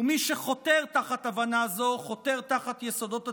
ומי שחותר תחת הבנה זו חותר תחת יסודות הציונות.